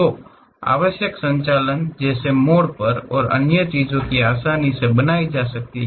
तो आवश्यक संचालन जैसे मोड़ और अन्य चीजें आसानी से बनाई जा सकती हैं